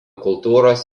kultūros